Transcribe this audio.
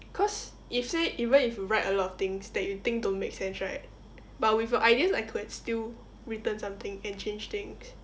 cause if say even if you write a lot of things that you think don't make sense right but with your ideas I could have still written something and changed things